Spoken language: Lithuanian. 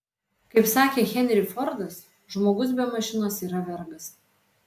kaip sakė henry fordas žmogus be mašinos yra vergas